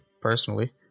personally